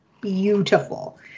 beautiful